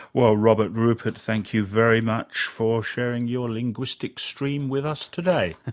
well robert rupert, thank you very much for sharing your linguistic stream with us today.